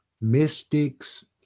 mystics